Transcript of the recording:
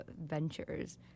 ventures